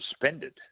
suspended